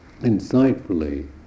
insightfully